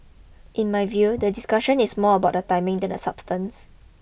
in my view the discussion is more about the timing than the substance